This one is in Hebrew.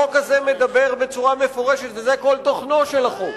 הצעת החוק מדברת בצורה מפורשת, וזה תוכנה העיקרי,